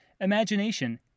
imagination